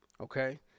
Okay